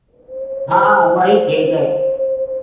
हाँ वही ठीक है